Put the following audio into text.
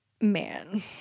man